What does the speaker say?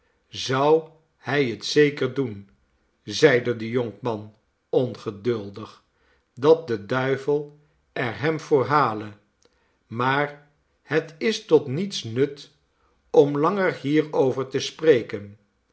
zou hij het zeker doen zeide de jonkman ongeduldig dat de duivel erhem voor hale maar het is tot niets nut om langer hierover te spreken